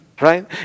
Right